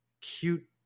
cute